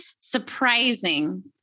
surprising